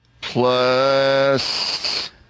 plus